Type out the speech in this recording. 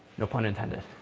no pun intended.